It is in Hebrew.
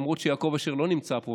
למרות שיעקב אשר לא נמצא פה,